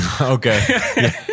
Okay